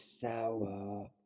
sour